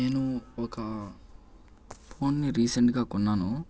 నేను ఒక ఫోన్ని రీసెంట్గా కొన్నాను